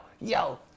yo